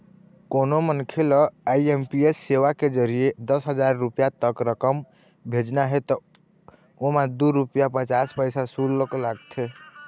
कोनो मनखे ल आई.एम.पी.एस सेवा के जरिए दस हजार रूपिया तक रकम भेजना हे त ओमा दू रूपिया पचास पइसा सुल्क लागथे